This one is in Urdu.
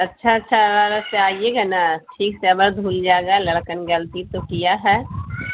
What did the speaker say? اچھا اچھا سے آئیے گا نا ٹھیک سے ایک بار دھل جائے گا لڑکن غلطی تو کیا ہے